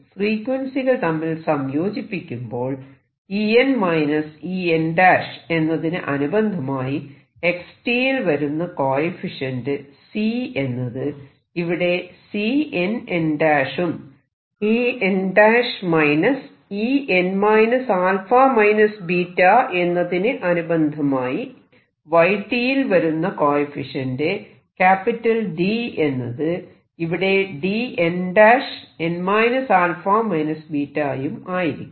അങ്ങനെ ഫ്രീക്വൻസികൾ തമ്മിൽ സംയോജിപ്പിക്കുമ്പോൾ En En എന്നതിന് അനുബന്ധമായി x യിൽ വരുന്ന കോയെഫിഷ്യന്റ് C എന്നത് ഇവിടെ Cnn ഉം En En α β എന്നതിന് അനുബന്ധമായി y യിൽ വരുന്ന കോയെഫിഷ്യന്റ് D എന്നത് ഇവിടെ Dnn α β ഉം ആയിരിക്കും